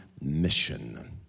mission